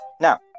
now